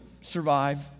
survive